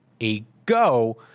ago